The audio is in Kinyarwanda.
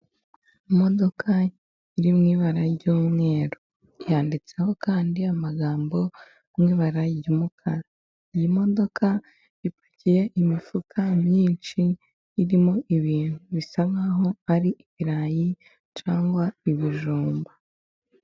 Imodoka irimo ibara ry'umweru, yanditseho kandi amagambo ari mu ibara ry'umukara, iyi modoka ipakiye imifuka myinshi irimo ibintu bisa nkaho ari ibirayi cyangwa ibijumba.